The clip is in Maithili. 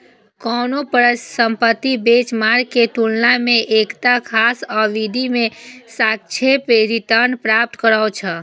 कोनो परिसंपत्ति बेंचमार्क के तुलना मे एकटा खास अवधि मे सापेक्ष रिटर्न प्राप्त करै छै